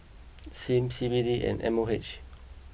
Sim C B D and M O H